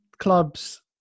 Club's